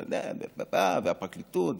והפרקליטות,